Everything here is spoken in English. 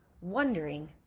wondering